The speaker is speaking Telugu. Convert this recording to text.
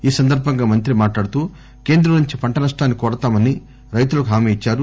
ఈ సందర్బంగా మంత్రి మాట్లాడుతూ కేంద్రం నుంచి పంట నష్టాన్ని కోరతామని రైతులకు హామీ ఇచ్చారు